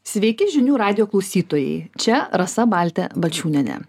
sveiki žinių radijo klausytojai čia rasa baltė balčiūnienė